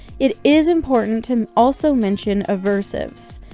it is important to also mention aversives.